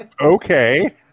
Okay